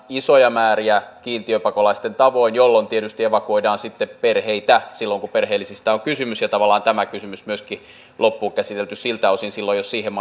isoja määriä kiintiöpakolaisten tavoin jolloin tietysti evakuoidaan sitten perheitä silloin kun perheellisistä on kysymys ja tavallaan tämä kysymys myöskin on loppuun käsitelty siltä osin silloin jos siihen